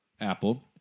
Apple